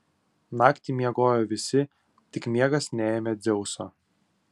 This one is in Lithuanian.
naktį miegojo visi tik miegas neėmė dzeuso